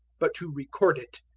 but to record it.